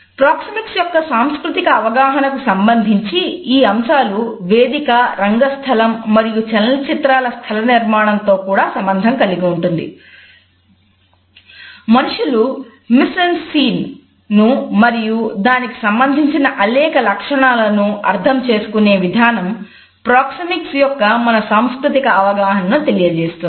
proxemics యొక్క మన సాంస్కృతిక అవగాహనను తెలియజేస్తుంది